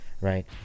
Right